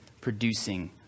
producing